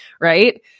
right